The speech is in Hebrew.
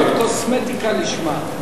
זאת קוסמטיקה לשמה.